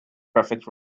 perfect